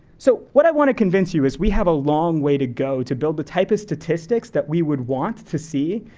so what i wanna convince you is, we have a long way to go, to build the type of statistics that we would want to see,